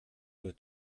dois